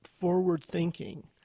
forward-thinking